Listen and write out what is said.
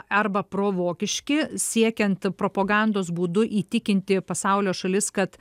arba provokiški siekiant propagandos būdu įtikinti pasaulio šalis kad